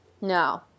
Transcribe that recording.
No